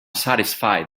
satisfy